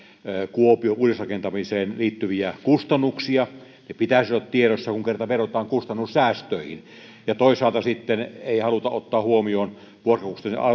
kuopion uudisrakentamiseen liittyviä kustannuksia ne pitäisi olla tiedossa kun kerran vedotaan kustannussäästöihin ja toisaalta sitten ei haluta ottaa huomioon vuokrakustannusten